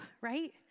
right